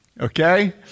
Okay